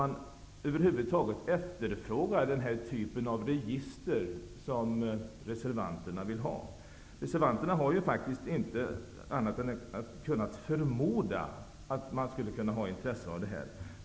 Men frågan är om denna typ av register som reservanterna vill ha över huvud taget efterfrågas. Reservanterna har faktiskt inte annat än förmodat att det skulle finnas intresse för detta.